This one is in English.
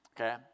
Okay